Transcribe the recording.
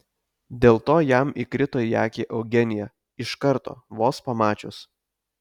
dėl to jam įkrito į akį eugenija iš karto vos pamačius